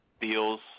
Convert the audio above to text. deals